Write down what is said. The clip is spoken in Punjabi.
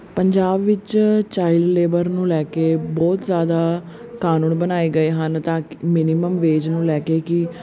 ਪੰਜਾਬ ਵਿੱਚ ਚਾਇਲ ਲੇਬਰ ਨੂੰ ਲੈ ਕੇ ਬਹੁਤ ਜ਼ਿਆਦਾ ਕਾਨੂੰਨ ਬਣਾਏ ਗਏ ਹਨ ਤਾਂ ਮਿਨੀਮਮ ਵੇਜ਼ ਨੂੰ ਲੈ ਕੇ ਕਿ